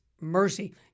mercy